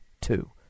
two